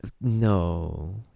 No